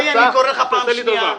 רועי, אני קורא לך לסדר פעם שנייה.